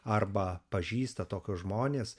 arba pažįsta tokius žmones